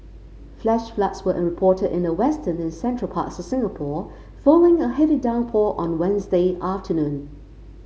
flash floods were reported in the western and central parts of Singapore following a heavy downpour on Wednesday afternoon